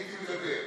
הייתי מדבר,